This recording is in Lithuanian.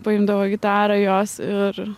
paimdavo gitarą jos ir